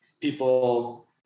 people